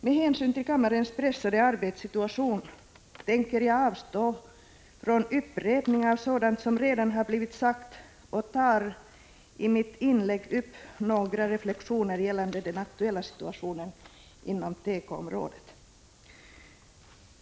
Med hänsyn till kammarens pressade arbetssituation tänker jag avstå från upprepning av sådant som redan har blivit sagt och tar i stället i mitt inlägg upp några reflexioner gällande den aktuella situationen inom tekoområdet.